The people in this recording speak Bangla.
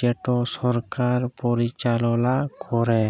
যেট সরকার পরিচাললা ক্যরে